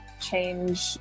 change